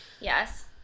Yes